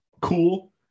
cool